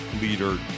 leader